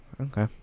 okay